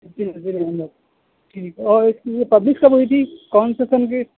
deputy Nazir Ahmad ٹھیک اور اس کی یہ پبلش کب ہوئی تھی کون سے سن کی